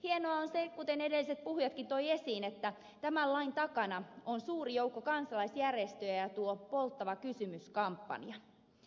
hienoa on se kuten edelliset puhujatkin toivat esiin että tämän lain takana on suuri joukko kansalaisjärjestöjä ja tuo polttava kysymys kampanja